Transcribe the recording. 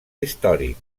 històric